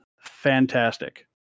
fantastic